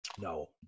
No